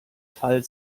fall